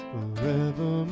Forever